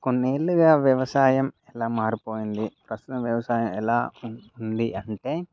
కొన్నేళ్లుగా వ్యవసాయం ఎలా మారిపోయింది ప్రస్తుత వ్యవసాయం ఎలా ఉంది అంటే